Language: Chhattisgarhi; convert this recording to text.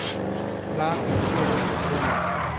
ला कइसे रोक बोन?